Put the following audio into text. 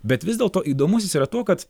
bet vis dėlto įdomus jis yra tuo kad